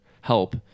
help